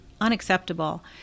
unacceptable